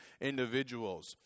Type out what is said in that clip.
individuals